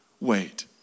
wait